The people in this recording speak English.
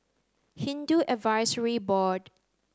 Hindu Advisory Board